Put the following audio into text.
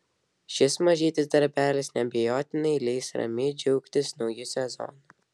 šis mažytis darbelis neabejotinai leis ramiai džiaugtis nauju sezonu